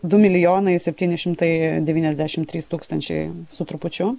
du milijonai septyni šimtai devyniasdešimt trys tūkstančiai su trupučiu